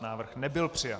Návrh nebyl přijat.